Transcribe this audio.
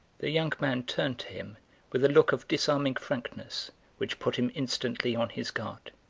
the young man turned to him with a look of disarming frankness which put him instantly on his guard.